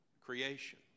creation